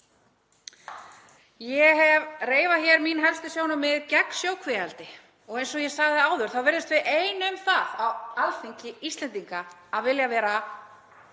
Ég hef reifað hér mín helstu sjónarmið gegn sjókvíaeldi og eins og ég sagði áður þá virðumst við ein um það á Alþingi Íslendinga að vilja vera